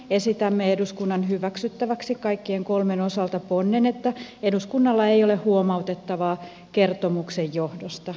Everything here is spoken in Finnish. esitämme eduskunnan hyväksyttäväksi kaikkien kolmen osalta ponnen että eduskunnalla ei ole huomautettavaa kertomuksen johdosta